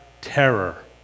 terror